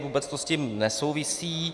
Vůbec to s tím nesouvisí.